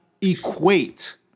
Equate